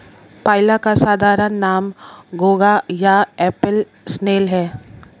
पाइला का साधारण नाम घोंघा या एप्पल स्नेल है